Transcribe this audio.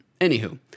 anywho